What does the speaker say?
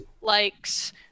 likes